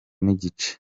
nigice